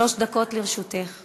יום של מאבק לשוויון זכויות.